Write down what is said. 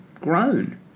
grown